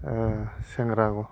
सेंग्रा